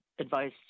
Advice